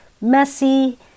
messy